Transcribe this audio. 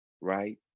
right